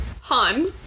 Han